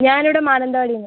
ഞാനിവിടെ മാനന്തവാടിയിൽ നിന്ന്